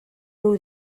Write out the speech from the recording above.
nhw